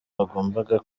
wagombaga